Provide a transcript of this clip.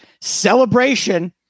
celebration